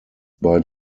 bei